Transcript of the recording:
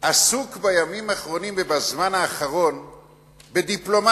עסוק בימים האחרונים ובזמן האחרון בדיפלומטיה.